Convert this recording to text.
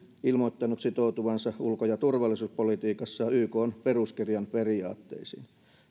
ilmoittanut sitoutuvansa ulko ja turvallisuuspolitiikassaan ykn peruskirjan periaatteisiin